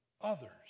others